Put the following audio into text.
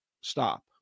stop